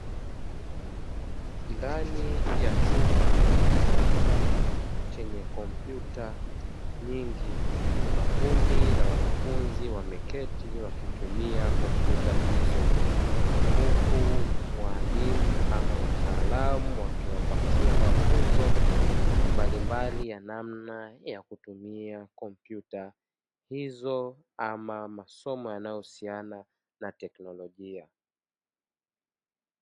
Ndani ya chumba cha kisasa chenye kompyuta nyingi, kuna kundi la wanafunzi wameketi wakitumia kompyuta hizo, huku walimu ama wataalamu wakiwapatia mafunzo mbalimbali ya namna ya kutumia kompyuta hizo, ama masomo yanayohusiana na teknolojia.